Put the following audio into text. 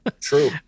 True